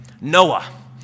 Noah